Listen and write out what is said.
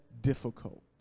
difficult